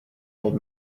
old